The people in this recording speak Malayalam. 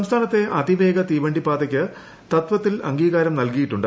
സംസ്ഥാനത്തെ അതിവേഗ തീവണ്ടിപ്പാതയ്ക്ക് തത്വത്തിൽ അംഗീകാരം നൽകിയിട്ടുണ്ട്